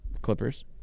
Clippers